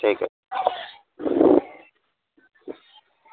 ٹھیک ہے